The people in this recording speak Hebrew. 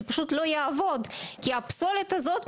זה פשוט לא יעבוד כי הפסולת הזאת,